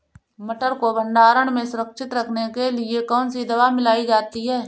मटर को भंडारण में सुरक्षित रखने के लिए कौन सी दवा मिलाई जाती है?